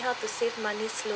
how to save money slow